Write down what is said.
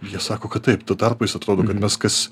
jie sako kad taip tarpais atrodo kad mes kas